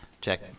Check